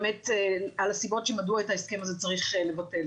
על הסיבות מדוע את ההסכם הזה צריך לבטל.